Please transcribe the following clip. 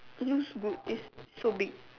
use good is so big